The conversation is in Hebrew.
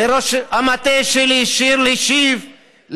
לראש המטה שלי שירלי שיף,